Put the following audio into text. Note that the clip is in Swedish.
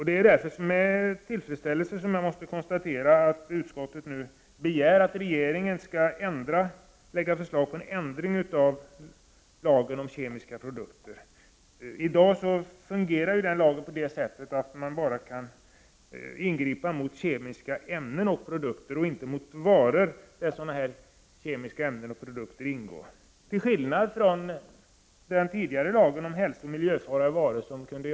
Med tillfredsställelse konstaterar jag att utskottet nu begär att regeringen skall lägga fram förslag om en ändring av lagen om kemiska produkter. I dag fungerar den lagen så att man kan ingripa bara mot kemiska ämnen och produkter och inte mot varor där sådana ämnen och produkter ingår, till skillnad från den tidigare lagen om hälsooch miljöfarliga varor som medgav det.